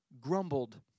grumbled